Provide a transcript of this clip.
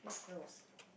both they were